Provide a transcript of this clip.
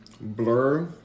blur